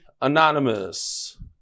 Anonymous